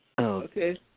Okay